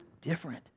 different